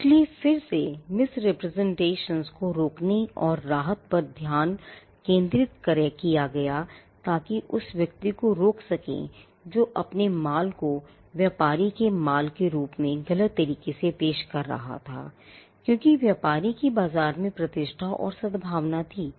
इसलिए फिर से misrepresentations को रोकने और राहत देने पर ध्यान केंद्रित किया गया ताकि उस व्यक्ति को रोक सकें जो अपने माल को व्यापारी के माल के रूप में गलत तरीके से पेश कर रहा था क्योंकि व्यापारी की बाजार में प्रतिष्ठा और सद्भावना थी